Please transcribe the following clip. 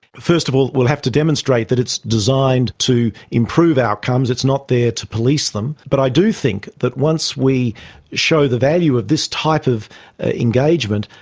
first of all we'll have to demonstrate that it's designed to improve outcomes, it's not there to police them. but i do think that once we show the value of this type of engagement,